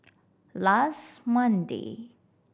last Monday